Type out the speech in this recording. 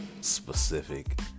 specific